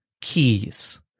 keys